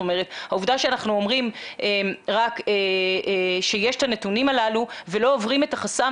העובדה שאנחנו אומרים שיש את הנתונים הללו ולא עוברים את החסם,